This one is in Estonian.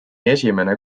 esimene